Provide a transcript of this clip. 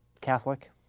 Catholic